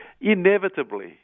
inevitably